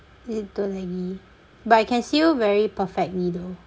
is it too laggy but I can see you very perfectly though